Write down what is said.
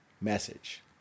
message